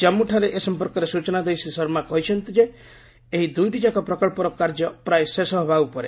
ଜାମ୍ପୁଠାରେ ଏ ସମ୍ପର୍କରେ ସୂଚନା ଦେଇ ଶ୍ରୀ ଶର୍ମା କହିଛନ୍ତି ଯେ ଏହି ଦୁଇଟି ଯାକ ପ୍ରକଳ୍ପର କାର୍ଯ୍ୟ ପ୍ରାୟ ଶେଷ ହେବା ଉପରେ